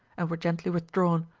and were gently withdrawn.